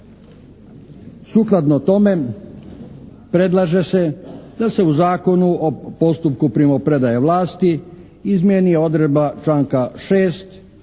Sukladno tome predlaže se da se u Zakonu o postupku primopredaje vlasti izmijeni odredba članka 6.